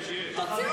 יש, יש.